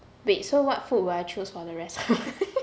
wait so what food will I chose for the rest of my